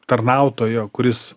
tarnautojo kuris